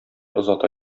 озата